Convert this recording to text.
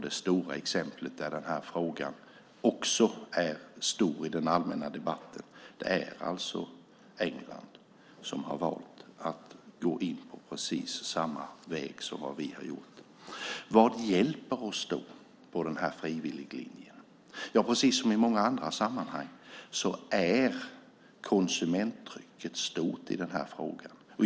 Det stora exemplet där den här frågan också är stor i den allmänna debatten är England, som har valt att gå in på precis samma väg som vi har gjort. Vad hjälper oss då på frivilliglinjen? Precis som i många andra sammanhang är konsumenttrycket stort i den här frågan.